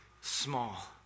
small